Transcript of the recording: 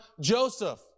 Joseph